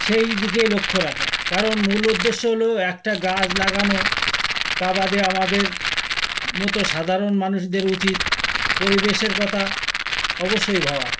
সেই দিকে লক্ষ্য রাখা কারণ মূল উদ্দেশ্য হল একটা গাছ লাগানো তা বাদে আমাদের মতো সাধারণ মানুষদের উচিত পরিবেশের কথা অবশ্যই ভাবা